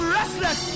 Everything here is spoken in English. restless